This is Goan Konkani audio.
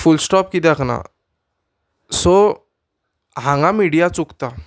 फूल स्टॉप कित्याक ना सो हांगा मिडिया चुकता